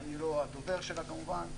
ואני לא הדובר שלה כמובן,